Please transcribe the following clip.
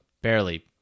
barely